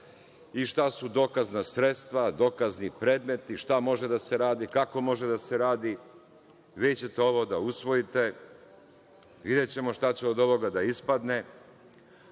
i šta su dokazna sredstva, dokazni predmeti, šta može da se radi, kako može da se radi. Vi ćete ovo da usvojite. Videćemo šta će od ovoga da ispadne.